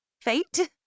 Fate